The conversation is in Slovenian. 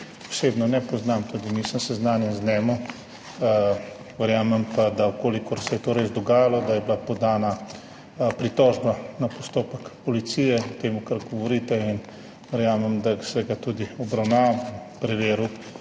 osebno ne poznam, tudi nisem seznanjen z njim. Verjamem pa, če se je to res dogajalo, da je bila podana pritožba na postopek policije v tem, kar govorite. Verjamem, da se ga tudi obravnava, bom preveril